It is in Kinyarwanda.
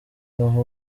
aho